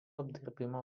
apdirbimo